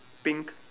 pink